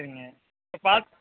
சரிங்க இப்போ பார்த்தா